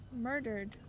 murdered